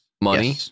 Money